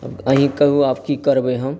अहीँ कहु आब की करबै हम